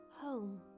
home